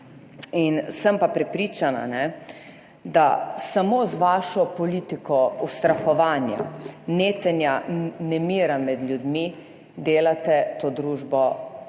sem pa prepričana, da samo z vašo politiko ustrahovanja, netenja nemira med ljudmi, delate to družbo